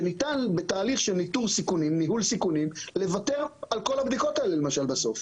בתהליך ניהול סיכונים ניתן לוותר על כל הבדיקות האלה בסוף